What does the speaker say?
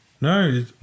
No